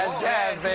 jazz,